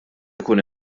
ikun